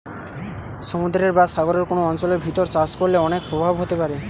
সমুদ্রের বা সাগরের কোন অঞ্চলের ভিতর চাষ করলে অনেক প্রভাব হতে পারে